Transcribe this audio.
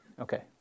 Okay